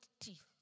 teeth